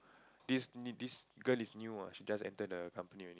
this this girl is new ah she just enter the company only